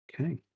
Okay